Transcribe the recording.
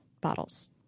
bottles